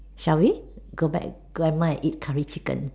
shall we go back grandma and eat curry chicken